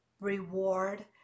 reward